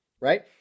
right